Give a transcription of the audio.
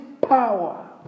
power